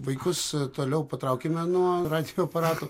vaikus toliau patraukime nuo radijo aparatų